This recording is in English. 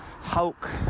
hulk